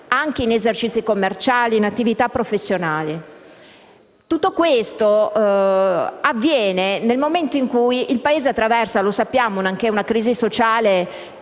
rapine in esercizi commerciali e in attività professionali. Tutto questo avviene nel momento in cui il Paese attraversa ‑ lo sappiamo ‑ una crisi sociale